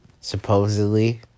supposedly